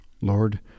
Lord